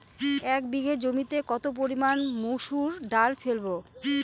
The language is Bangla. এক বিঘে জমিতে কত পরিমান মুসুর ডাল ফেলবো?